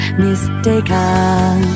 mistaken